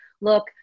look